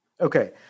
Okay